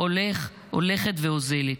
הולכת ואוזלת.